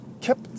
kept